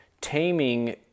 taming